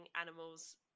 animals